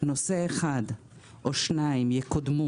נושא אחד או שניים יקודמו.